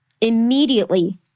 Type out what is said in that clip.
Immediately